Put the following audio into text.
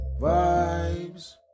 Vibes